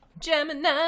Gemini